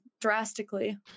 drastically